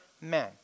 men